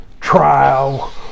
trial